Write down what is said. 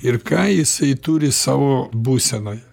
ir ką jisai turi savo būsenoje